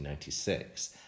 1996